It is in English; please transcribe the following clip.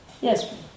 Yes